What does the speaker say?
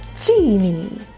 Genie